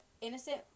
innocent